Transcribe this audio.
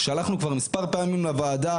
שלחנו כבר מספר פעמים לוועדה.